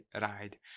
ride